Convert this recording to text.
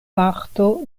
parto